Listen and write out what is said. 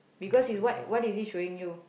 because he's what what is he showing you